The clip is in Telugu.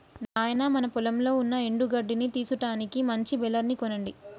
నాయినా మన పొలంలో ఉన్న ఎండు గడ్డిని తీసుటానికి మంచి బెలర్ ని కొనండి